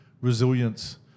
resilience